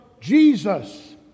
Jesus